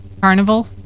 carnival